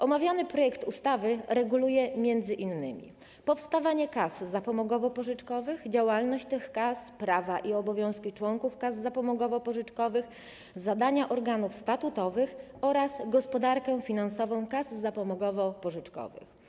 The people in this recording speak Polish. Omawiany projekt ustawy reguluje m.in. kwestię tworzenia kas zapomogowo-pożyczkowych, działalność tych kas, prawa i obowiązki członków kas zapomogowo-pożyczkowych, zadania organów statutowych oraz gospodarkę finansową kas zapomogowo-pożyczkowych.